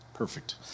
Perfect